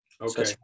Okay